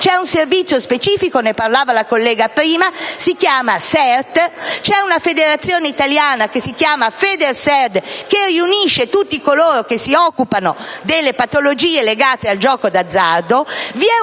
C'è un servizio specifico - ne parlava la collega prima - che si chiama SERT; c'è una federazione italiana che si chiama Federserd, che riunisce tutti coloro che si occupano delle patologie legate al gioco d'azzardo; vi è